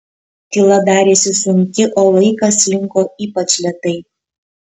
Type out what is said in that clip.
tyla darėsi sunki o laikas slinko ypač lėtai